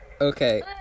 Okay